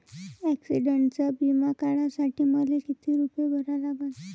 ॲक्सिडंटचा बिमा काढा साठी मले किती रूपे भरा लागन?